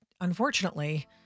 unfortunately